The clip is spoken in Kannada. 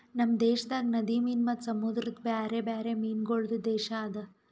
ನಮ್ ದೇಶದಾಗ್ ನದಿ ಮೀನು ಮತ್ತ ಸಮುದ್ರದ ಬ್ಯಾರೆ ಬ್ಯಾರೆ ಮೀನಗೊಳ್ದು ದೇಶ ಅದಾ